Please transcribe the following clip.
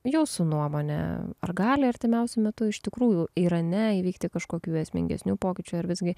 jūsų nuomone ar gali artimiausiu metu iš tikrųjų irane įvykti kažkokių esmingesnių pokyčių ar visgi